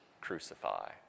crucify